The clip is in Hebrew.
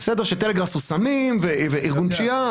טלגראס הוא סמים וארגון פשיעה,